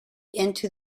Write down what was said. into